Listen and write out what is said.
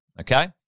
okay